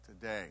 today